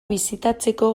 bisitatzeko